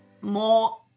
more